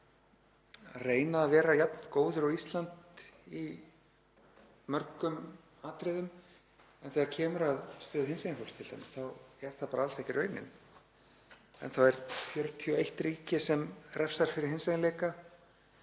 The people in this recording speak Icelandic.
að reyna að vera jafn góður og Ísland í mörgum atriðum, en þegar kemur að stöðu hinsegin fólks t.d. þá er það bara alls ekki raunin. Það er 41 ríki sem refsar fyrir hinseginleika.